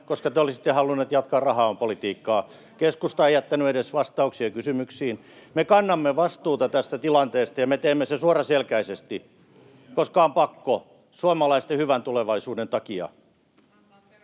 koska te olisitte halunneet jatkaa rahaa on ‑politiikkaa. Keskusta ei jättänyt edes vastauksia kysymyksiin. Me kannamme vastuuta tästä tilanteesta, ja me teemme sen suoraselkäisesti, koska on pakko suomalaisten hyvän tulevaisuuden takia.